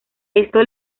esto